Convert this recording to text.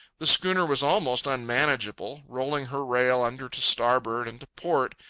the schooner was almost unmanageable, rolling her rail under to starboard and to port,